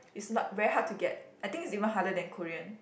it's not very hard to get I think it's even harder than Korean